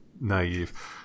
naive